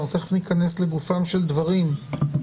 אנחנו תיכף ניכנס לגופם של דברים,